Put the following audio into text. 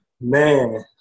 Man